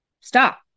Stop